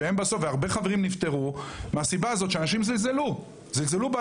בשלב מסוים כשראיתי שאנשים מתחילים להשתולל ולהסתובב,